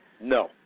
No